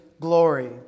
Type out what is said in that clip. Glory